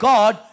God